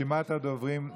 רשימת הדוברים נעולה.